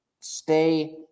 stay